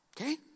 Okay